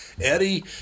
Eddie